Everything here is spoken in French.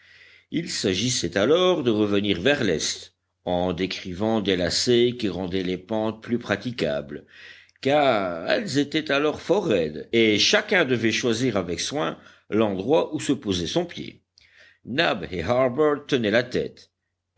il s'agissait alors de revenir vers l'est en décrivant des lacets qui rendaient les pentes plus praticables car elles étaient alors fort raides et chacun devait choisir avec soin l'endroit où se posait son pied nab et harbert tenaient la tête